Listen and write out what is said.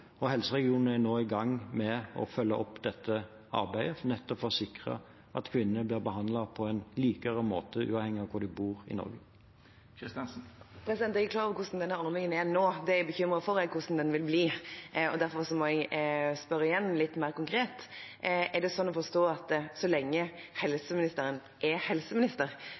og helseregionene er nå i gang med å følge opp dette arbeidet nettopp for å sikre at kvinnene blir behandlet på en likere måte, uavhengig av hvor de bor i Norge. Jeg er klar over hvordan ordningen er nå. Det jeg er bekymret for, er hvordan den vil bli, og derfor må jeg spørre igjen, litt mer konkret: Er det slik å forstå at så lenge helseministeren er helseminister,